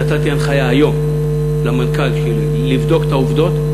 נתתי הנחיה היום למנכ"ל שלי לבדוק את העבודות,